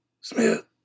Smith